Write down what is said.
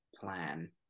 Plan